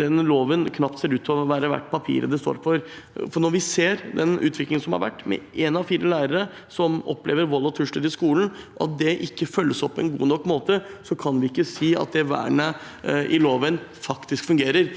den loven knapt ser ut til å være verdt papiret den står på. Når vi ser den utviklingen som har vært med at en av fire lærere nå opplever vold og trusler i skolen, og at det ikke følges opp på en god nok måte, kan vi ikke si at det vernet i loven faktisk fungerer.